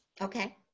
okay